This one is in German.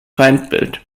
feindbild